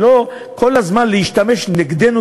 ולא כל הזמן להשתמש נגדנו,